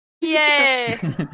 Yay